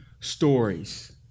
stories